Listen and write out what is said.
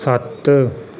सत्त